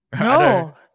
No